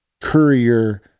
courier